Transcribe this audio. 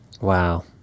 Wow